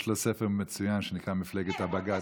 יש לו ספר מצוין שנקרא "מפלגת הבג"ץ".